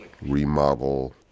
remodel